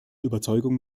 überzeugung